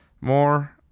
more